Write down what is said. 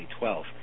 2012